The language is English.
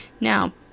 Now